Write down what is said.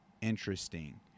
interesting